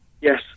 Yes